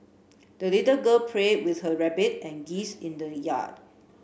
the little girl play with her rabbit and geese in the yard